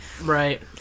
Right